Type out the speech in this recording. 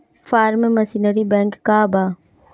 Form machinery bank का बा?